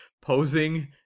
posing